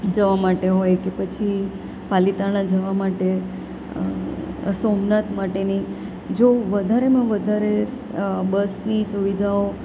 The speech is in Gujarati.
જવા માટે હોય કે પછી પાલિતાણા જવા માટે સોમનાથ માટેની જો વધારેમાં વધારે બસની સુવિધાઓ